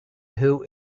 who